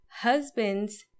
Husbands